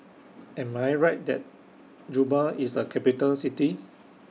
Am I Right that Juba IS A Capital City